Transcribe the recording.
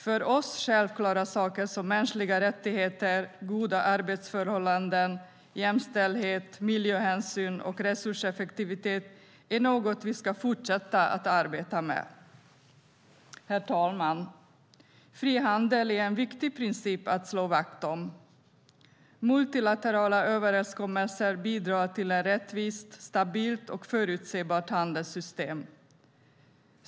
För oss självklara saker som mänskliga rättigheter, goda arbetsförhållanden, jämställdhet, miljöhänsyn och resurseffektivitet är något vi ska fortsätta att arbeta med. Herr talman! Frihandel är en viktig princip att slå vakt om. Multilaterala överenskommelser bidrar till ett rättvist, stabilt och förutsebart handelssystem.